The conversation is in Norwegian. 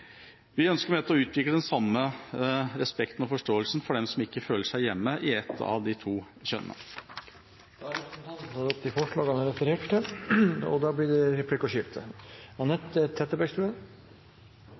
Vi ønsker med dette å utvikle den samme respekten og forståelsen for dem som ikke føler seg hjemme i et av de to kjønnene. Representanten Ketil Kjenseth har tatt opp de forslagene han refererte til. Det blir replikkordskifte. Jeg vil takke Venstre for to ting – for det